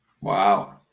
Wow